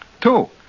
Two